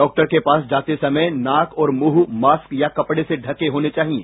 doctor के पास जाते समय नाक और मुंह मास्क या कपड़े से ढंके होने चाहिए